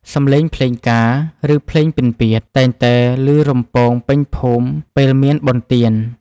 សម្លេងភ្លេងការ ឬភ្លេងពិណពាទ្យ តែងតែឮរំពងពេញភូមិពេលមានបុណ្យទាន។